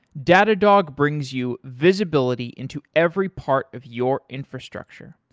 datadog brings you visibility into every part of your infrastructure,